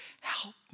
help